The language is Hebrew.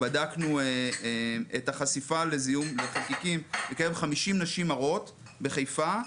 בדקנו את החשיפה לזיהום חלקיקים בקרב 50 נשים הרות בחיפה.